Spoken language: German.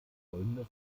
folgendes